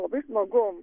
labai smagu